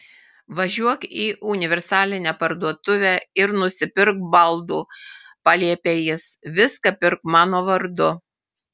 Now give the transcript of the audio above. važiuok į universalinę parduotuvę ir nusipirk baldų paliepė jis viską pirk mano vardu